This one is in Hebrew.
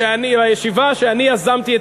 ישיבה שאני יזמתי,